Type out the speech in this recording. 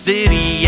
City